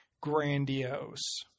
grandiose